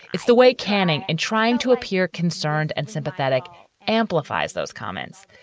it's the way canning and trying to appear concerned and sympathetic amplifies those comments.